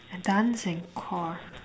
dance and core